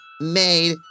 made